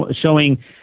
showing